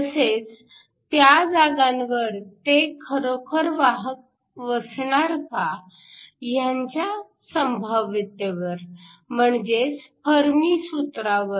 तसेच त्या जागांवर ते खरोखर वाहक वसणार का ह्याच्या संभाव्यतेवर म्हणजेच फर्मी सूत्रावर